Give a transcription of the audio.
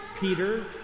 Peter